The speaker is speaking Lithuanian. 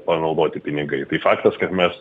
panaudoti pinigai tai faktas kad mes